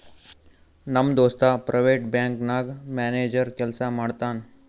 ನಮ್ ದೋಸ್ತ private bank ನಾಗ್ ಮ್ಯಾನೇಜರ್ ಕೆಲ್ಸಾ ಮಾಡ್ತಾನ್